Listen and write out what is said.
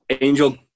Angel